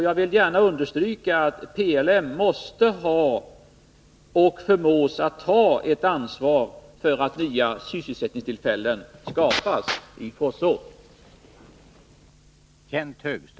Jag vill gärna understryka att PLM måste ha och förmås att ta ett ansvar för att nya sysselsättningstillfällen skapas i Forsså.